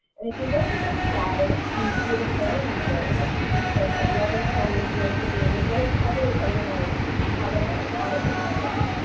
and if you look at the slide we see the planning region which consists of eleven counties located in the very heavily urbanized chicago metropolitan area.